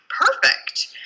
Perfect